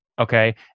Okay